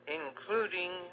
including